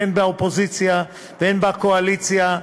הן באופוזיציה והן בקואליציה,